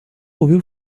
ouviu